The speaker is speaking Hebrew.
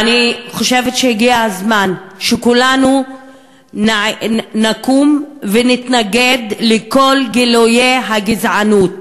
אני חושבת שהגיע הזמן שכולנו נקום ונתנגד לכל גילויי הגזענות.